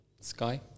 sky